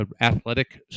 athletic